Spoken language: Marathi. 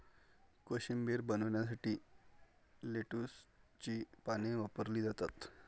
कोशिंबीर बनवण्यासाठी लेट्युसची पाने वापरली जातात